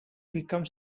become